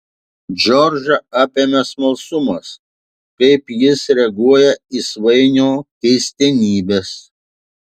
džordžą apėmė smalsumas kaip jis reaguoja į svainio keistenybes